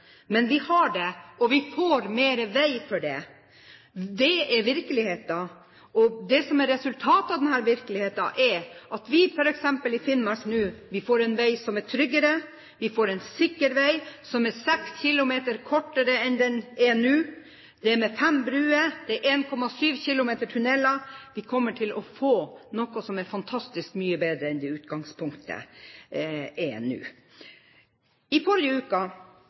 Men vi har det, og vi får mer vei for det. Det er virkeligheten. Det som er resultatet av denne virkeligheten, er at vi nå, f.eks. i Finnmark, får en vei som er tryggere. Vi får en sikker vei som er 6 km kortere enn den er nå, med fem bruer og med 1,7 km tunneler. Vi kommer til å få noe som er fantastisk mye bedre enn det utgangspunktet vi har nå. Etter jul har vi hatt utrolig dårlig vær i